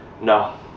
No